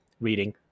reading